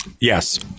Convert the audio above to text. Yes